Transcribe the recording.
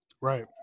Right